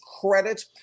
credit